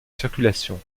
circulation